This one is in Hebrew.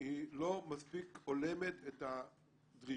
הם לא מספיק הולמים את הדרישה